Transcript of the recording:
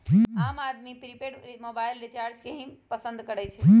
आम आदमी prepaid mobile recharge के ही पसंद करई छई